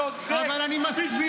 על מה אתה קופץ, מאיר?